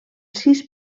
sis